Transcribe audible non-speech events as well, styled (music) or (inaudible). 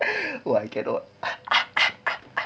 (laughs) !wah! I cannot (laughs)